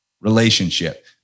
relationship